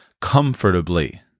comfortably